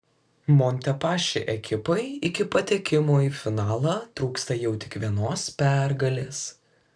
montepaschi ekipai iki patekimo į finalą trūksta jau tik vienos pergalės